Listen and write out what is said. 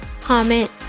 comment